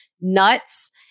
nuts